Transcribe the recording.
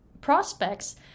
prospects